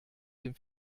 dem